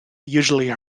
usually